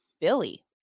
Billy